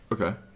Okay